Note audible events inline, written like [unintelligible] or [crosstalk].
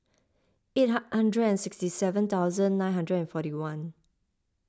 eight [unintelligible] hundred and sixty seven thousand nine hundred and forty one